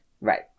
Right